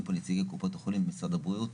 פה נציגי קופות החולים ומשרד הבריאות,